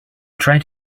trying